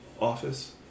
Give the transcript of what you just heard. office